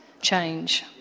change